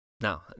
Now